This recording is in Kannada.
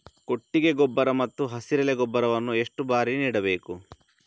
ಕೊಟ್ಟಿಗೆ ಗೊಬ್ಬರ ಮತ್ತು ಹಸಿರೆಲೆ ಗೊಬ್ಬರವನ್ನು ಎಷ್ಟು ಬಾರಿ ನೀಡಬೇಕು?